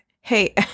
hey